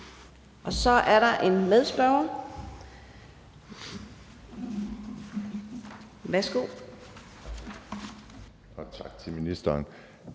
Så er der en medspørger. Værsgo.